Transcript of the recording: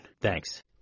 Thanks